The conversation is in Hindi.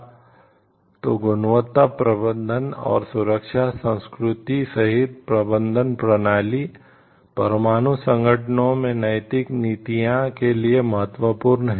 इसलिए गुणवत्ता प्रबंधन और सुरक्षा संस्कृति सहित प्रबंधन प्रणाली परमाणु संगठनों में नैतिक नीतियों के लिए महत्वपूर्ण हैं